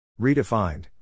Redefined